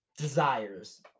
desires